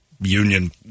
Union